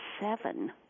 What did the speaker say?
seven